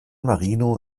marino